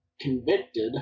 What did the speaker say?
convicted